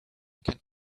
can